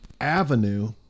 avenue